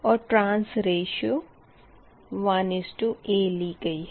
और turns ratio 1a ली गई है